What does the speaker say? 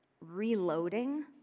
reloading